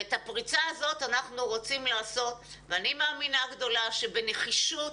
את הפריצה הזאת אנחנו רוצים לעשות ואני מאמינה גדולה שבנחישות